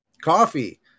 Coffee